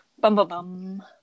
Bum-bum-bum